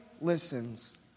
listens